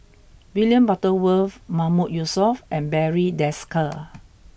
William Butterworth Mahmood Yusof and Barry Desker